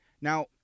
Now